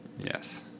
Yes